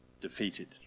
defeated